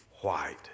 white